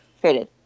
created